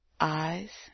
Eyes